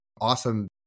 awesome